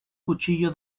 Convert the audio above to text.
cuchillo